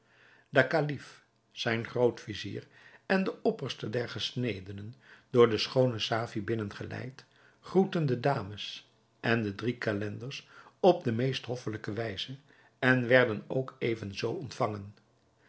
de kalif zijn groot-vizier en de opperste der gesnedenen door de schoone safie binnengeleid groetten de dames en de drie calenders op de meest hoffelijke wijze en werden ook even zoo ontvangen